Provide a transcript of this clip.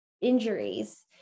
injuries